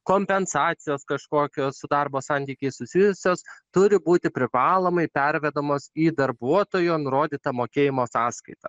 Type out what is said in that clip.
kompensacijos kažkokios su darbo santykiais susijusios turi būti privalomai pervedamos į darbuotojo nurodytą mokėjimo sąskaitą